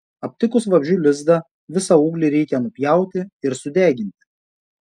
aptikus vabzdžių lizdą visą ūglį reikia nupjauti ir sudeginti